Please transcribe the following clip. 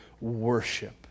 worship